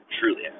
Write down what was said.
truly